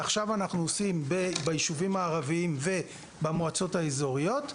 עכשיו אנחנו עושים ביישובים הערביים ובמועצות האזוריות,